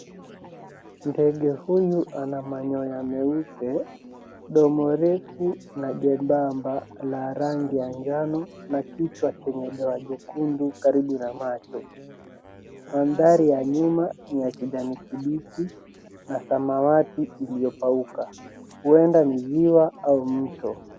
Ndege huyu ana manyoya meupe, domo refu na jembamba la rangi ya njano na kichwa chenye doa jekundu karibu na macho. Mandhari ya nyuma ni ya kijani kibichi na samawati iliyokauka. Huenda ni ziwa au mto.